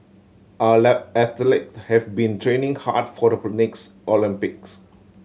our athletes have been training hard for the next Olympics